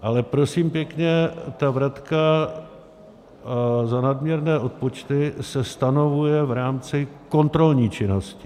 Ale prosím pěkně, ta vratka za nadměrné odpočty se stanovuje v rámci kontrolní činnosti.